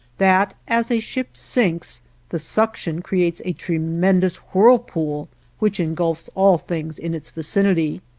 that as a ship sinks the suction creates a tremendous whirlpool which engulfs all things in its vicinity.